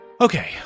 Okay